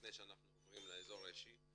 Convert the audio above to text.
לפני שנעבור לאזור האישי,